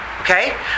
okay